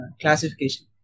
classification